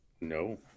no